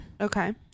okay